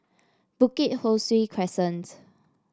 Bukit Ho Swee Crescent